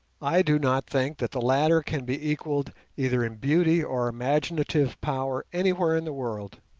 i do not think that the latter can be equalled either in beauty or imaginative power anywhere in the world,